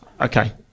okay